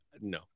No